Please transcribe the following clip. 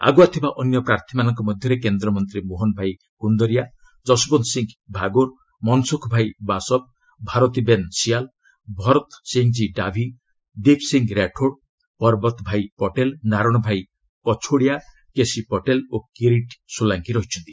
ଆଗୁଆ ଥିବା ଅନ୍ୟ ପ୍ରାର୍ଥୀମାନଙ୍କ ମଧ୍ୟରେ କେନ୍ଦ୍ରମନ୍ତ୍ରୀ ମୋହନ ଭାଇ କୁନ୍ଦରିଆ ଜସଓ୍ୱନ୍ତ ସିଂହ ଭାଗୋର ମନସୁଖ୍ ଭାଇ ବାସବ ଭାରତୀବେନ୍ ସିଆଲ୍ ଭରତସିଂହକି ଡାଭି ଦୀପ୍ସିଂହ ରାଠୋଡ୍ ପରବତ ଭାଇ ପଟେଲ ନାରଣ ଭାଇ କଛୋଡ଼ିଆ କେସି ପଟେଲ ଓ କିରିଟ୍ ଶୋଲାଙ୍କି ଅଛନ୍ତି